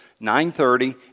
9.30